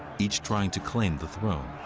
each trying to claim the throne.